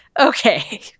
Okay